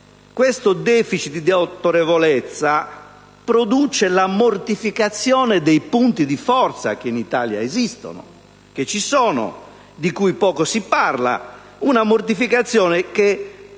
questo *deficit* di autorevolezza produce la mortificazione dei punti di forza che in Italia esistono, che ci sono ma di cui poco si parla: una mortificazione che